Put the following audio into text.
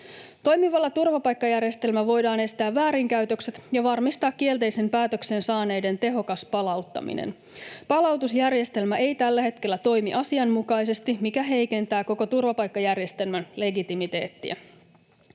Toimivalla turvapaikkajärjestelmällä voidaan estää väärinkäytökset ja varmistaa kielteisen päätöksen saaneiden tehokas palauttaminen. Palautusjärjestelmä ei tällä hetkellä toimi asianmukaisesti, mikä heikentää koko turvapaikkajärjestelmän legitimiteettiä.